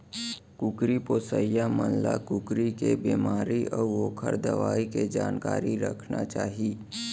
कुकरी पोसइया मन ल कुकरी के बेमारी अउ ओकर दवई के जानकारी रखना चाही